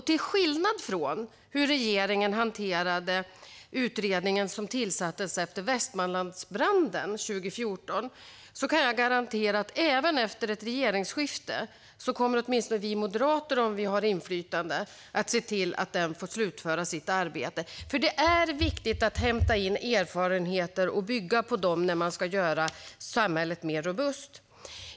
Till skillnad från hur regeringen hanterade den utredning som tillsattes efter Västmanlandsbranden 2014 kan jag garantera att åtminstone vi moderater, om vi har inflytande, även efter ett regeringsskifte kommer att se till att utredningen får slutföra sitt arbete. Det är viktigt att hämta in erfarenheter och bygga på dem när man ska göra samhället mer robust.